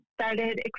started